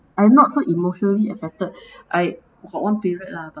I'm not so emotionally affected I got one period lah but